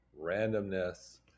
randomness